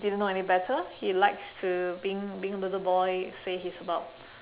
didn't know any better he likes to being being little boy say he's about